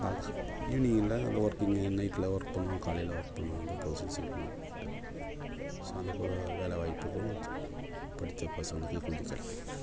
காக்ஸு ஈவினிங்கில் இந்த ஒர்க்கு ந நைட்டில் ஒர்க் பண்ணும் காலையில் ஒர்க் பண்ணும் அந்த ப்ரௌஸிங் செண்டரில் ஸோ அந்த போலே வேலை வாய்ப்புகள் படித்த பசங்களுக்கு கொஞ்சம் கிடைக்கும்